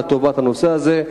לטובת הנושא הזה,